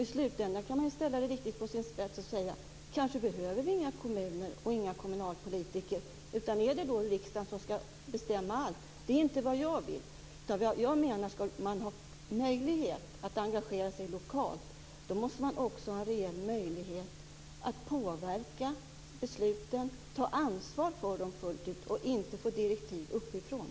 I slutändan kan man ställa det riktigt på sin spets och säga: Kanske behöver vi inga kommuner och inga kommunalpolitiker, utan det kanske är riksdagen som ska bestämma allt. Det är inte vad jag vill. Jag menar att ska man ha möjlighet att engagera sig lokalt måste man också ha en reell möjlighet att påverka besluten, att ta ansvar för dem fullt ut och inte få direktiv uppifrån.